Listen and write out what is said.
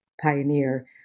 pioneer